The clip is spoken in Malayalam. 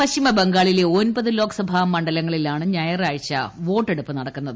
പശ്ചിമബംഗാളിലെ ഒൻപതു ലോക്സഭാ മണ്ഡലങ്ങളിലാണ് ഞ്ഞായറിങ്ങ്ച വോട്ടെടുപ്പ് നടക്കുന്നത്